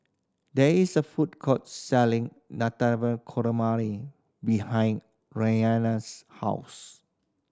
there is a food court selling Navratan Korma behind Ryann's house